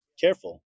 careful